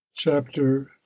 chapter